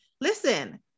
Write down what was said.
Listen